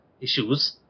issues